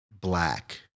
black